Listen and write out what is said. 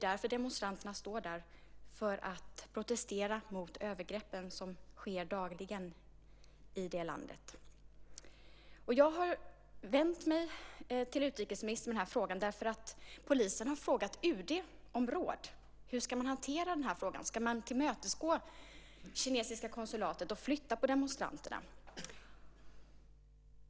Demonstranterna står där för att protestera mot de övergrepp som dagligen sker i Kina. Jag har vänt mig till utrikesministern med den här frågan därför att polisen har frågat UD om råd när det gäller hur man ska hantera den här frågan. Ska man tillmötesgå det kinesiska konsulatet och flytta på demonstranterna?